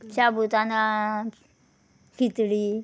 शाबूतानळा khichdi